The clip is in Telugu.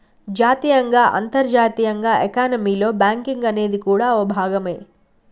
జాతీయంగా అంతర్జాతీయంగా ఎకానమీలో బ్యాంకింగ్ అనేది కూడా ఓ భాగమే